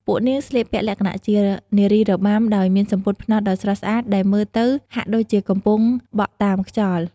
ពួកនាងស្លៀកពាក់លក្ខណៈជា នារីរបាំ ដោយមានសំពត់ផ្នត់ដ៏ស្រស់ស្អាតដែលមើលទៅហាក់ដូចជាកំពុងបក់តាមខ្យល់។